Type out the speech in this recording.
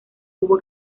hubo